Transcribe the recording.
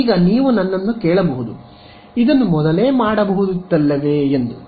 ಈಗ ನೀವು ನನ್ನನ್ನು ಕೇಳಬಹುದು ಇದನ್ನು ಮೊದಲೇ ಮಾಡಬಹುದಿತ್ತಲ್ಲವೇ ಎಂದು